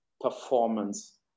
performance